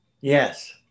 Yes